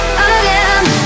again